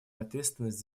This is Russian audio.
ответственность